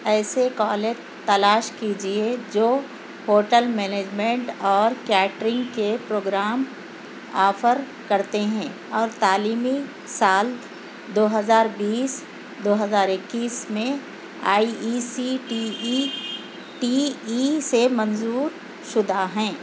ایسے کالج تلاش کیجئے جو ہوٹل مینجمنٹ اور کیٹرنگ کے پروگرام آفر کرتے ہیں اور تعلیمی سال دو ہزار بیس دو ہزار اکیس میں I E C T E T E سے منظور شدہ ہیں